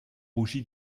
rougi